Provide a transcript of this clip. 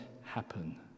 happen